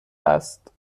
است